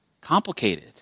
complicated